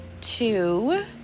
two